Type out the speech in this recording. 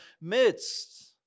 midst